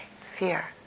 fear